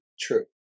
True